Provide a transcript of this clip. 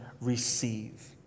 receive